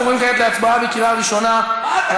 אנחנו עוברים כעת להצבעה בקריאה ראשונה על